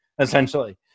essentially